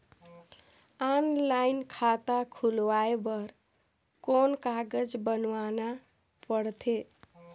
Online खाता खुलवाय बर कौन कागज बनवाना पड़थे?